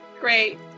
Great